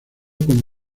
con